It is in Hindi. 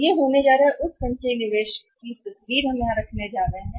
तो यह होने जा रहा है उस संचयी निवेश की तस्वीर जो हम यहां रखने जा रहे हैं